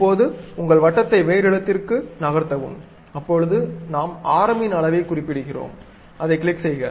இப்போது உங்கள் வட்டத்தை வேறு இடத்திற்கு நகர்த்தவும் அப்பொழுது நாம் ஆரமின் அளவை குறிப்பிடுகிறோம் அதைக் கிளிக் செய்க